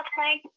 thank